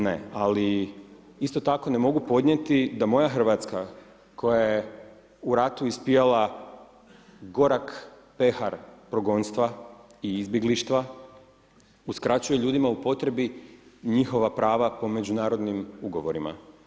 Ne, ali, isto tako ne mogu podnijeti da moja RH koja je u ratu ispijala gorak pehar progonstva i izbjeglištva, uskraćuje ljudima u potrebi njihova prava po Međunarodnim ugovorima.